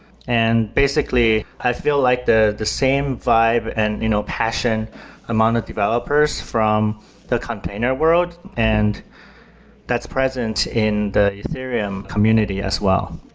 and basically, i feel like the the same vibe and you know passion among the developers from the container world and that's present in the ethereum community as well.